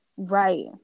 Right